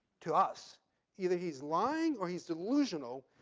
to us either he's lying or he's delusional,